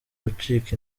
gucika